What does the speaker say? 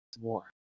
war